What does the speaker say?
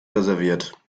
reserviert